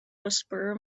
whisperer